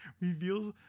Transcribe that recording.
reveals